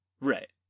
Right